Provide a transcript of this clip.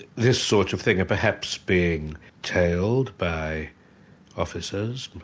this sort of thing, and perhaps being tailed by officers,